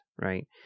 Right